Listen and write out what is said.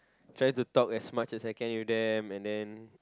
try to talk as much as I can with them and then